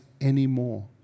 anymore